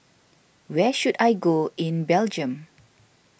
where should I go in Belgium